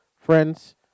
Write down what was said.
Friends